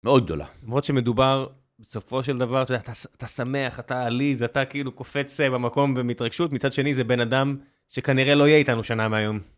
מאוד גדולה. למרות שמדובר בסופו של דבר שאתה שמח, אתה עליז, ואתה כאילו קופץ במקום ומהתרגשות, מצד שני זה בן אדם שכנראה לא יהיה איתנו שנה מהיום.